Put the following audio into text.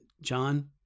John